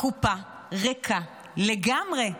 הקופה ריקה לגמרי.